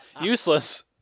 Useless